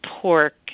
pork